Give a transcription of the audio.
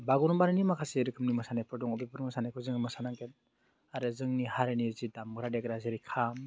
बागुरुम्बानि माखासे रोखोमनि मोसानायफोर दङ बेफोर मोसानायखौ जोङो मोसानांगोन आरो जोंनि हारिनि जि दामग्रा देग्रा जेरै खाम